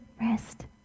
rest